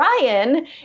Ryan